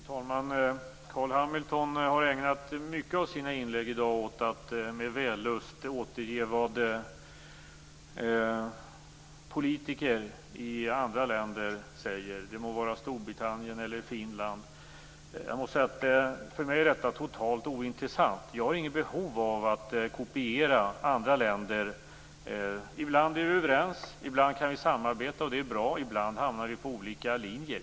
Fru talman! Carl Hamilton har i sina inlägg i dag mycket ägnat sig åt att med vällust återge vad politiker i andra länder säger. Det må vara Storbritannien eller Finland. För mig är detta totalt ointressant. Vi har inget behov av att kopiera andra länder. Ibland är vi överens och kan samarbeta, och det är bra. Ibland hamnar vi på olika linjer.